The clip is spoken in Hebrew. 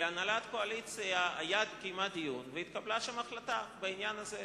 הנהלת הקואליציה קיימה דיון והתקבלה שם החלטה בעניין הזה,